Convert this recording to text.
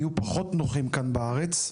יהיו פחות נוחים כאן בארץ,